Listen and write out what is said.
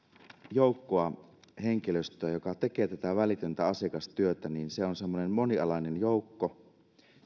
joukkoa henkilöstöä joka tekee välitöntä asiakastyötä niin se on semmoinen monialainen joukko ja